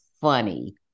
funny